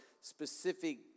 specific